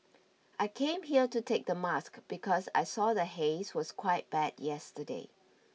I came here to take the mask because I saw the haze was quite bad yesterday